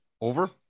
over